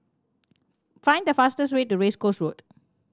find the fastest way to Race Course Road